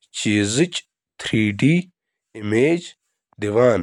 کْریو تْہ پرنٹ کْریو یہ۔